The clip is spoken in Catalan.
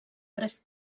tres